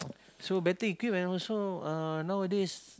so better equipped and also uh nowadays